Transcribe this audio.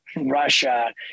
russia